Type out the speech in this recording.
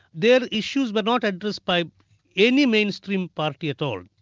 they're issues, but not addressed by any mainstream party at all.